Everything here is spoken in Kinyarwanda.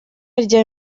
rya